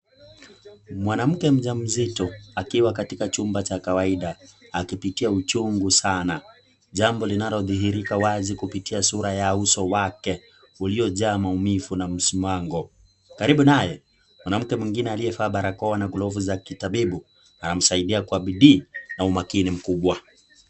Mwanamke mjamzito akiwa katika chumba cha kawaida akipitia uchungu sana. Jambo linalodhihirika wazi kupitia Sura ya uso wake uliojaa maumivu na msimango. Karibu naye, mwanamke mwingine aliyevaa barakoa ana glovu za kitabibu, anamsaidia kwa bidii na umakini mkubwa.